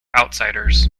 outsiders